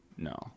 No